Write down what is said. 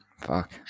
Fuck